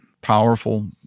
powerful